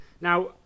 Now